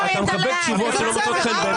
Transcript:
אתה מקבל תשובות שלא מוצאות חן בעיניך.